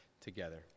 together